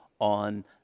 on